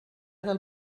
del